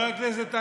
אתה